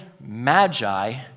magi